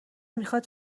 میخاد